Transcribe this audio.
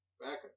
back